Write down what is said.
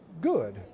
good